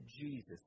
Jesus